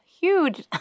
huge